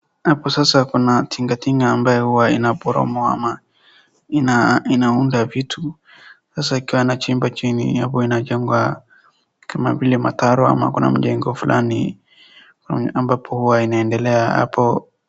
Hapo sasa kuna tigatiga ambaye huwa poromoa ama ina unda vitu. Sasa ikiwa inachimba chini inakuwa inachonga kama vile mataro ama kuna mjengo fulani, ambapo huwa inaendelea hapo.